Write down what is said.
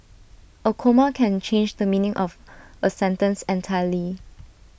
A comma can change the meaning of A sentence entirely